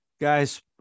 guys